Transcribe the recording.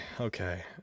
Okay